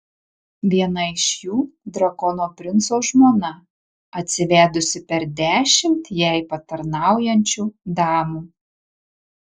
viena iš jų drakono princo žmona atsivedusi per dešimt jai patarnaujančių damų